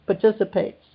participates